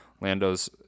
Lando's